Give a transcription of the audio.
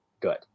Good